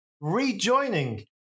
rejoining